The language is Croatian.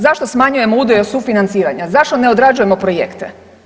Zašto smanjujemo udio sufinanciranja, zašto ne određujemo projekte?